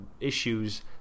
issues